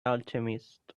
alchemist